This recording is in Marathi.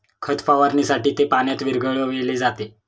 खत फवारणीसाठी ते पाण्यात विरघळविले जाते